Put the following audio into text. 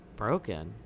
broken